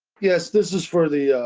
yes, this is for the